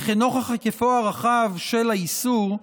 וכן נוכח היקפו הרחב של האיסור,